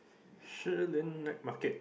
Shilin night market